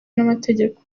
n’amategeko